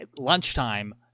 lunchtime